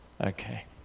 Okay